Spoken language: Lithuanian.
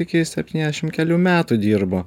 iki septyniasdešim kelių metų dirbo